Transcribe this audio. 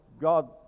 God